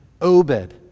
Obed